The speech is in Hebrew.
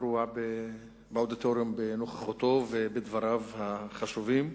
האירוע באודיטוריום בנוכחותו ובדבריו החשובים.